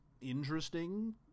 interesting